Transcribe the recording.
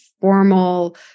formal